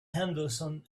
henderson